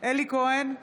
אלי כהן,